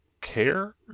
care